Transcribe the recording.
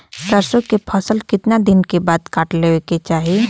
सरसो के फसल कितना दिन के बाद काट लेवे के चाही?